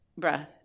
bruh